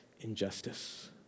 injustice